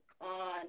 on